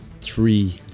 three